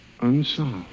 unsolved